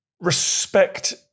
respect